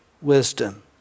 wisdom